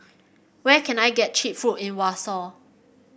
where can I get cheap food in Warsaw